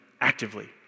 actively